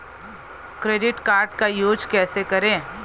Credit card का use कैसे करें?